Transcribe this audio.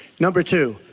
number two,